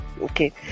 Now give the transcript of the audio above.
okay